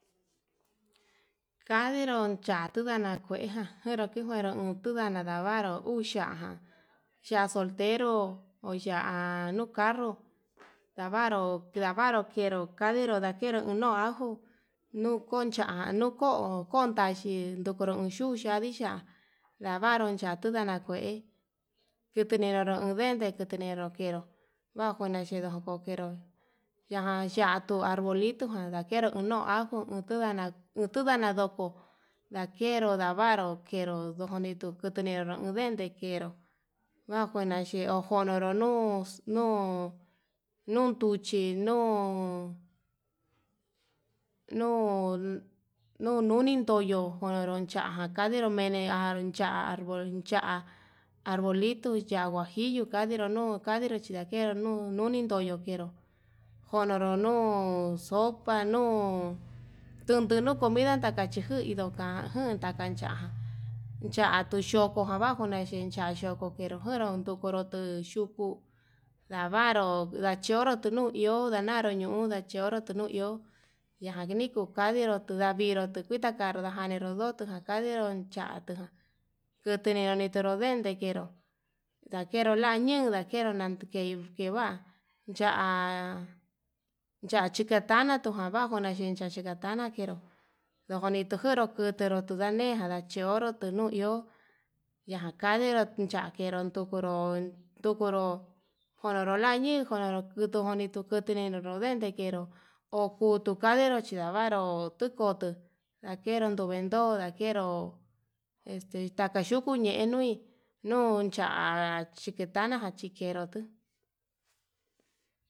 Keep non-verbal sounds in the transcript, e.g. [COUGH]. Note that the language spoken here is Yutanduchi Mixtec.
Kandero chatuu tunana kuejan najero kikuero tunadata, ndavru uxia ján ya soltero o ya nuu carro yavanro yavanro kenró ndakero uun no'a ajo nuu koncha'a, nuko kontaxhi ndukurun nduu n [HESITATION] dixhia lavaru yanduu tu nana kué keteninro undende ketenero kenró manjuina chindo kokenró, yajan yatuu arbolito jan ndakeru uu no ajo untudana untu ndana ndoko, ndakero ndavaru kenró nikuu kunundero uun nden ende kenro ndajuena xhe uu konoro no'o nox nonduxhi, hi no no nunoni ndoyo'o jonoron cha'a jan kadinro mene airocha ya'á arbol ya'á arbolito ya'á huajillo kandiyo yan kenruu nu nuni noyo njero konoro nuu sopa nuu ndunde nuu comida kaxhi kui ndoka juntaka cha'a chatu xhokojan nava kunexhi cha'a yoko kendo nguero ndukuru yo'o yuku ndavaru ndachooru tuu no iho kuu ndana ñuu ndachoro tanuu iho yajan niku ndakero tundaviru tuu kuu takadiró ndajani ndo takandiro tonchatu kutero ndikenero ndente knero ndakeo la ñun lakero la key keva'a ya'a ya'á chikatana tuu nanjuna kuyan cheka ndna kenro ndojoni tekenro ndukutu tuu ndanejan nachioro tunuu iho yakandero yankero, tukuro tukuro jonro lia nii jonrolo kutu oni kutu ñenro no ndente kenro okuu tuu kandero chindava'a nró nikotu lakero tuvendo ndakero este taka yukuu ñen nui noncha'a, achikana jan chinda'a nduu.